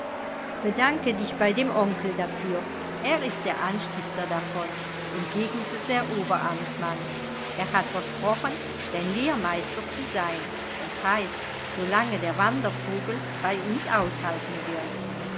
bedanke dich bei dem onkel dafür er ist der anstifter davon entgegnete der oberamtmann er hat versprochen dein lehrmeister zu sein das heißt solange der wandervogel bei uns aushalten wird